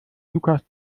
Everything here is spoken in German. lukas